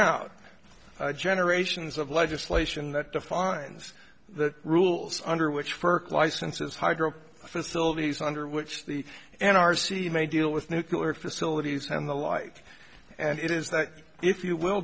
out generations of legislation that defines the rules under which firk licenses hydro facilities under which the an r c may deal with nuclear facilities and the like and it is that if you will